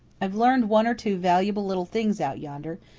i've learned one or two valuable little things out yonder,